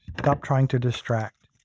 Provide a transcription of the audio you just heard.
stop trying to distract.